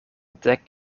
dek